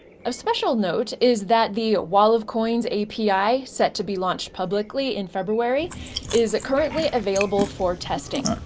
of special note is that the wall of coins api set to be launched publicly in february is currently available for testing.